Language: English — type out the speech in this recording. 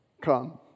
come